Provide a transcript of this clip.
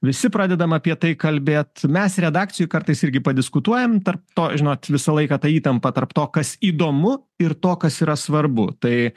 visi pradedam apie tai kalbėt mes redakcijoj kartais irgi padiskutuojam tarp to žinot visą laiką tą įtampą tarp to kas įdomu ir to kas yra svarbu tai